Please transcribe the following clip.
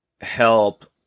help